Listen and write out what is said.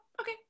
okay